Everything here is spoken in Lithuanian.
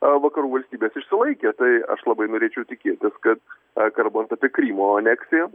a vakarų valstybės išsilaikė tai aš labai norėčiau tikėtis kad a kalbant apie krymo aneksiją